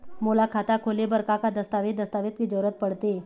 मोला खाता खोले बर का का दस्तावेज दस्तावेज के जरूरत पढ़ते?